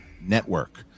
network